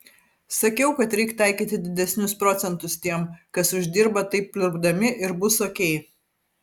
sakiau kad reik taikyti didesnius procentus tiem kas uždirba taip pliurpdami ir bus okei